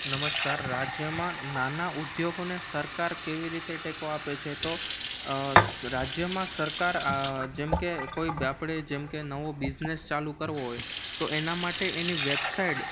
નમસ્કાર રાજ્યમાં નાના ઉદ્યોગોને સરકાર કેવી રીતે ટેકો આપે છે તો રાજ્યમાં સરકાર જેમકે કોઈ બી આપણે જેમકે નવો બિઝનેસ ચાલુ કરવો હોય તો એના માટે એની વેબસાઇડ